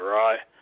right